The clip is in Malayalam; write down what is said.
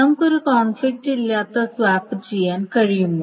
നമുക്ക് ഒരു കോൺഫ്ലിക്റ്റില്ലാത്ത സ്വാപ്പ് ചെയ്യാൻ കഴിയുമോ